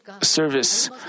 service